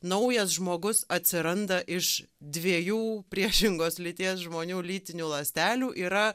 naujas žmogus atsiranda iš dviejų priešingos lyties žmonių lytinių ląstelių yra